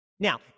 Now